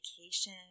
vacation